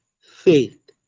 faith